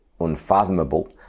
unfathomable